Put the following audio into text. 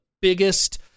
biggest